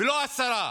ולא עשרה,